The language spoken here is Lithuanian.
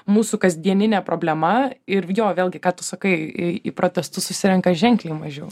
mūsų kasdieninė problema ir jo vėlgi ką tu sakai į protestus susirenka ženkliai mažiau